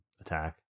attack